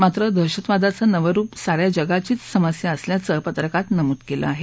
मात्र दहशतवादाचं नवं रूप साऱ्या जगाचीच समस्या असल्याचं पत्रकात नमूद केलं आहे